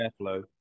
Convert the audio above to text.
airflow